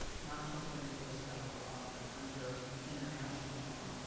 not just under u s. federal law, but under international law.